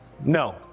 No